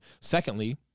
Secondly